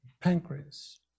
pancreas